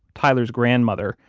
tyler's grandmother,